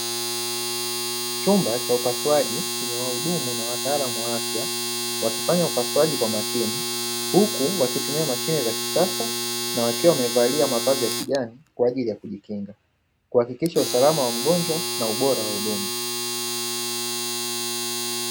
Chumba cha upasuaji chenye wahudumu na wataalamu wa afya wakifanya upasuaji kwa makini huku wakitumia vifaa vya kisasa na wakiwa wamevalia mavazi ya kijani kwa ajili ya kujikinga kuhakikisha usalama wa mgonjwa na ubora wa huduma.